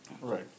Right